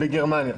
בגרמניה.